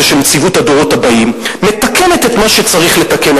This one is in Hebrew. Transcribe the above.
של נציבות הדורות הבאים ומתקנת את מה שצריך לתקן,